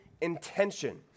intention